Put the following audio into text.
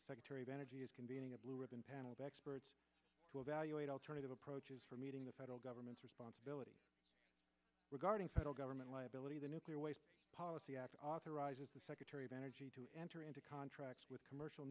end secretary of energy is convening a blue ribbon panel of experts to evaluate alternative approaches for meeting the federal government's responsibility regarding federal government liability the nuclear waste policy act authorizes the secretary of energy to enter into contracts with commercial